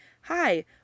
hi